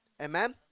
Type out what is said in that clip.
Amen